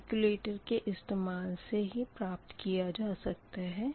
calculator के इस्तेमाल से यह प्राप्त किया जा सकता है